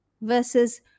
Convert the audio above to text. versus